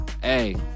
Hey